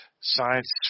science